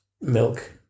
milk